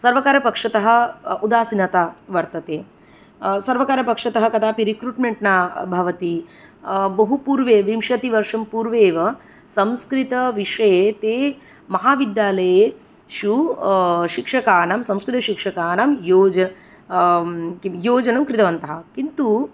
सर्वकारपक्षत उदासीनता वर्तते सर्वकारपक्षत कदापि रिकृट्मेण्ट् न भवति बहुपूर्वे विंशति वर्षं पूर्वे एव संस्कृतविषये ते महाविद्यालयेषु शिक्षकानां संस्कृतशिक्षकानां योज् किं योजनं कृतवन्तः किन्तु